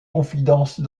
confidences